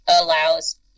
allows